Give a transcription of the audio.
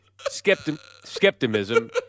Skepticism